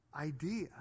idea